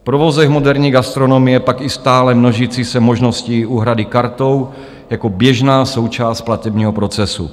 V provozech moderní gastronomie pak i stále množící se možností úhrady kartou jako běžná součást platebního procesu.